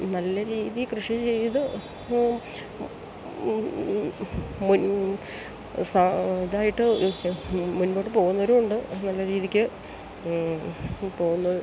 നല്ല രീതിയിൽ കൃഷി ചെയ്ത് മുൻ ഇതായിട്ട് മുൻപോട്ട് പോകുന്നവര് ഉണ്ട് നല്ല രീതിക്ക് പോകുന്ന